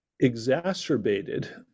exacerbated